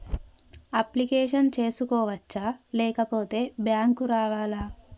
Application చేసుకోవచ్చా లేకపోతే bank రావాలా?